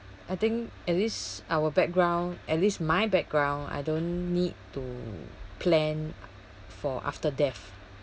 I think at least our background at least my background I don't need to plan for after death